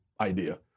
idea